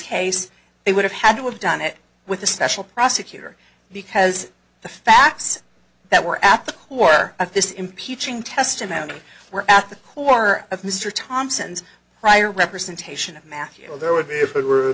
case they would have had to have done it with the special prosecutor because the facts that were at the core of this impeaching testimony were at the core of mr thompson's prior representation of math you know there would be if it were